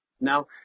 Now